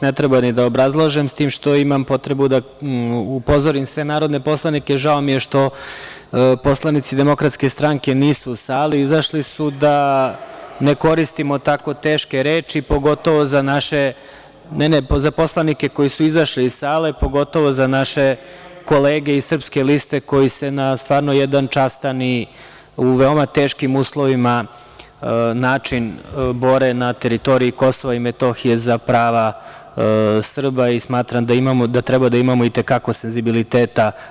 Ne treba ni da obrazlažem, s tim što imam potrebu da upozorim sve narodne poslanike, žao mi je što poslanici DS nisu u sali, izašli su, da ne koristimo tako teške reči, pogotovo za naše.. (Marijan Rističević: Ja?) Ne, za poslenike koji su izašli iz sale. … pogotovo za naše kolege iz srpske liste, koji se na stvarno jedan častan i u veoma teškim uslovima, način bore na teritoriji KiM za prava Srba i smatram da treba da imamo i te kako senzibiliteta.